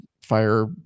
fire